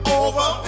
over